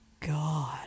God